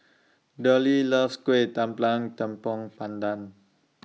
Derl loves Kuih Tepong Pandan